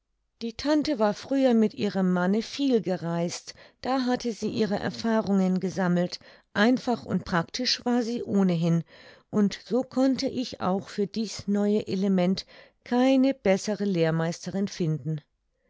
die tante war früher mit ihrem manne viel gereist da hatte sie ihre erfahrungen gesammelt einfach und praktisch war sie ohnehin und so konnte ich auch für dies neue element keine bessere lehrmeisterin finden